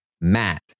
Matt